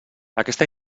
aquesta